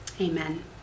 amen